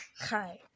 Hi